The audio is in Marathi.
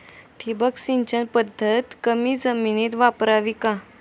ठिबक सिंचन पद्धत कमी जमिनीत वापरावी का?